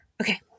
Okay